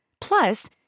Plus